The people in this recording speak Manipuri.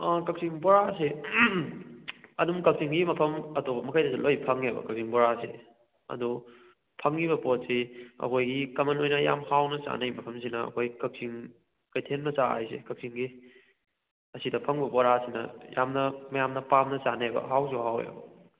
ꯑꯥ ꯀꯛꯆꯤꯡ ꯕꯣꯔꯥꯁꯦ ꯑꯗꯨꯝ ꯀꯛꯆꯤꯡꯒꯤ ꯃꯐꯝ ꯑꯇꯣꯞꯄ ꯃꯈꯩꯗꯁꯨ ꯂꯣꯏꯅ ꯐꯪꯏꯕ ꯀꯛꯆꯤꯡ ꯕꯣꯔꯥꯁꯤꯗꯤ ꯑꯗꯣ ꯐꯪꯏꯕ ꯄꯣꯠꯁꯤ ꯑꯩꯈꯣꯏꯒꯤ ꯀꯃꯟ ꯑꯣꯏꯅ ꯌꯥꯝ ꯍꯥꯎꯅ ꯆꯥꯅꯩ ꯃꯐꯝꯁꯤꯅ ꯑꯩꯈꯣꯏ ꯀꯛꯆꯤꯡ ꯀꯩꯊꯦꯜ ꯃꯆꯥ ꯍꯥꯏꯁꯦ ꯀꯛꯆꯤꯡꯒꯤ ꯑꯁꯤꯗ ꯐꯪꯕ ꯕꯣꯔꯥꯁꯤꯅ ꯌꯥꯝꯅ ꯃꯌꯥꯝꯅ ꯄꯥꯝꯅ ꯆꯥꯟꯅꯩꯑꯕ ꯍꯥꯎꯁꯨ ꯍꯥꯎꯏꯕ